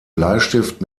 bleistift